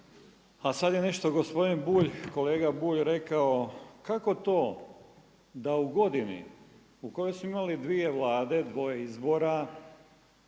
a sada je nešto gospodin Bulj, kolega rekao kako to da u godini u kojoj smo imali dvije Vlade, dvoje izbora,